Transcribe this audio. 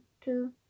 two